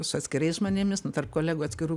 su atskirais žmonėmis nu tarp kolegų atskirų